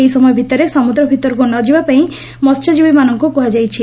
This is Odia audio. ଏହି ସମୟ ଭିତରେ ସମୁଦ୍ର ଭିତରକୁ ନଯିବା ପାଇଁ ମହ୍ୟଜୀବୀମାନଙ୍କୁ କୁହାଯାଇଛି